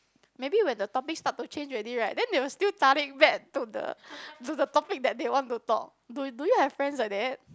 maybe when the topic start to change already right then they will still back to the to the topic that they want to talk do do you have friends like that